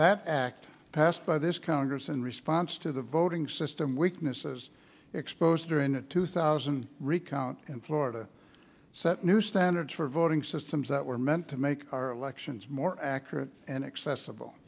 that act passed by this congress in response to the voting system weaknesses s'posed during the two thousand recount in florida set new standards for voting systems that were meant to make our elections more accurate and accessible